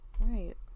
right